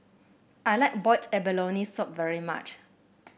I like Boiled Abalone Soup very much